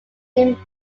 jim